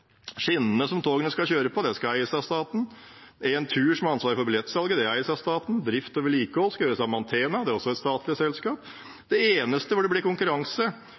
Skinnene som togene skal kjøre på, skal eies av staten. Entur, som har ansvaret for billettsalget, eies av staten. Drift og vedlikehold skal utføres av Mantena, som også er et statlig selskap. Det eneste det blir konkurranse